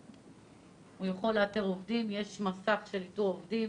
יש מסך של איתור עובדים